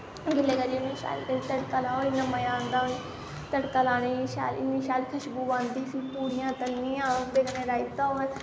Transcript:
गिल्ला करियै उने शैल करियै तड़का लाओ इन्ना मज़ा आंदा तड़का लानेई इन्नी शैल खश्बू आंदी फिर पूड़ियां तलनियां ओह्दे कन्नै रायता होऐ